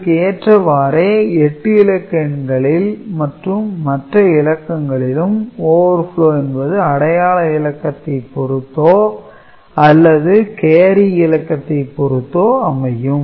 இதற்கு ஏற்றவாறே 8 இலக்க எண்களில் மற்றும் மற்ற இலக்கங்களிலும் overflow என்பது அடையாள இலக்கத்தை பொறுத்தோ அல்லது கேரி இலக்கத்தை பொறுத்தோ அமையும்